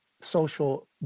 social